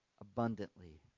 abundantly